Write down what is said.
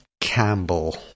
campbell